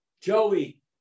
Joey